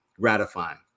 gratifying